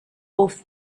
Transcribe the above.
off